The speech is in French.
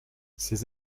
ces